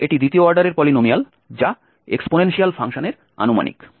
সুতরাং এটি দ্বিতীয় অর্ডারের পলিনোমিয়াল যা এক্সপোনেনশিয়াল ফাংশনের আনুমানিক